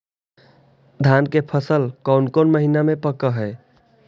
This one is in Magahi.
धान के फसल कौन महिना मे पक हैं?